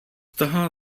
toho